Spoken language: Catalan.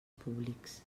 públics